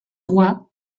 roi